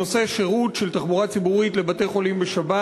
נושא השירות של תחבורה ציבורית לבתי-חולים בשבת.